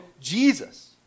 Jesus